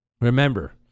Remember